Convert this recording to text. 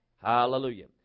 Hallelujah